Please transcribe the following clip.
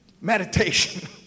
meditation